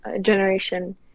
generation